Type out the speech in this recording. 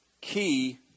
key